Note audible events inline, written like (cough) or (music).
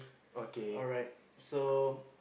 okay (breath)